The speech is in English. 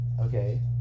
Okay